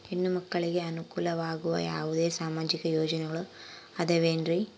ಹೆಣ್ಣು ಮಕ್ಕಳಿಗೆ ಅನುಕೂಲವಾಗುವ ಯಾವುದೇ ಸಾಮಾಜಿಕ ಯೋಜನೆಗಳು ಅದವೇನ್ರಿ?